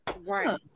Right